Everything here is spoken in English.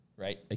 Right